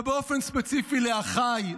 ובאופן ספציפי לאחיי,